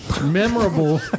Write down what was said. memorable